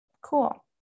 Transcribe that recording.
cool